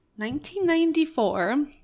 1994